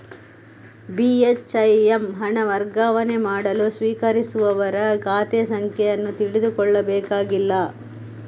ಬಿ.ಹೆಚ್.ಐ.ಎಮ್ ಹಣ ವರ್ಗಾವಣೆ ಮಾಡಲು ಸ್ವೀಕರಿಸುವವರ ಖಾತೆ ಸಂಖ್ಯೆ ಅನ್ನು ತಿಳಿದುಕೊಳ್ಳಬೇಕಾಗಿಲ್ಲ